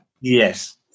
yes